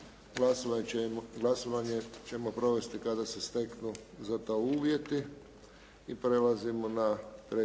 Glasovanje ćemo provesti kada se steknu za to uvjeti.